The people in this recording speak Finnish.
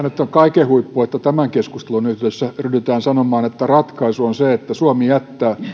nyt on kaiken huippu että tämän keskustelun yhteydessä ryhdytään sanomaan että ratkaisu on se että suomi jättää